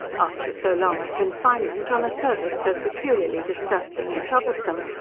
after so long a confinement, on a service so peculiarly disgusting and troublesome,